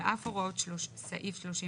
על אף הוראות סעיף 34,